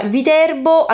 Viterbo